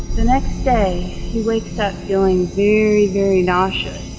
the next day he wakes up feeling very very nauseous.